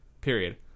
period